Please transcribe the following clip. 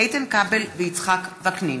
איתן כבל ויצחק וקנין.